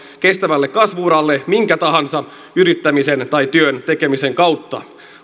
kestävälle kasvu uralle minkä tahansa yrittämisen tai työn tekemisen kautta